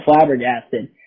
flabbergasted